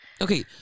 Okay